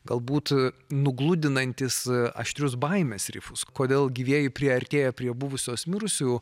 galbūt nugludinantys aštrius baimės rifus kodėl gyvieji priartėja prie buvusios mirusiųjų